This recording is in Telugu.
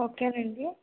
ఓకే అండి